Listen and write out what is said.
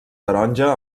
taronja